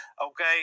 Okay